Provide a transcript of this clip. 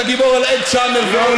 אתה גיבור על אד צ'אנר ואוליבר.